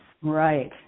Right